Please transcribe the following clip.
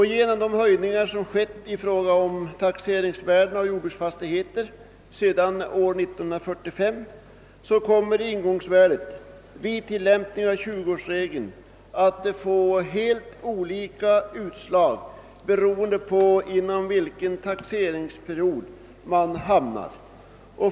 Genom de höjningar som med 53-åriga intervaller skett av taxeringsvärdet på jordbruksfastigheter sedan år 1945 kommer ingångsvärdet vid tillämpningen av tjugoårsregeln att få helt olika utslag beroende på inom vilken taxeringsperiod man hamnar.